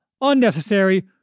unnecessary